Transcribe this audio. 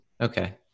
Okay